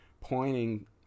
pointing